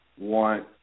want